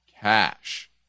cash